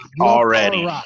already